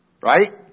Right